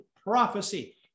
prophecy